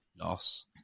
loss